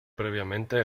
previamente